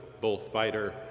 bullfighter